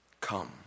come